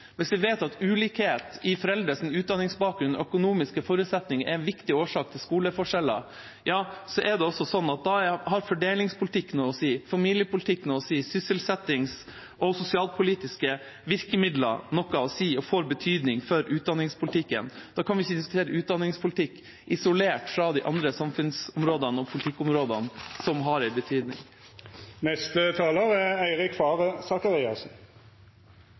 Hvis vi vet at ulikhet i foreldres utdanningsbakgrunn og økonomiske forutsetninger er viktige årsaker til skoleforskjeller, ja, da har fordelingspolitikk noe å si, familiepolitikk noe å si, sysselsettings- og sosialpolitiske virkemidler noe å si, og det får betydning for utdanningspolitikken. Da kan vi ikke diskutere utdanningspolitikk isolert fra de andre samfunnsområdene og politikkområdene som har en betydning.